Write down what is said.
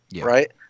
right